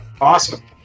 Awesome